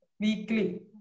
Weekly